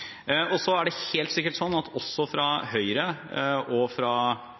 er helt sikkert slik at vi også fra Høyre